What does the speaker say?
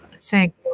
Thank